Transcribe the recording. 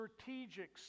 strategic